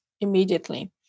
immediately